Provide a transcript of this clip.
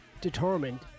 determined